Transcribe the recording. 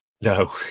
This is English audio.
No